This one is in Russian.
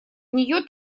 нее